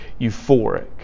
euphoric